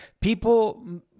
people